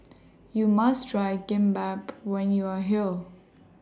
YOU must Try Kimbap when YOU Are here